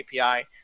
API